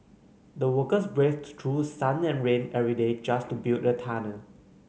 the workers braved through sun and rain every day just to build the tunnel